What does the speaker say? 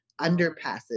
underpasses